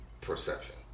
perception